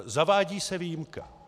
Zavádí se výjimka.